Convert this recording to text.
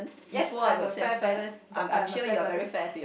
yes I am a fair balance I am a fair person